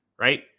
right